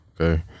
Okay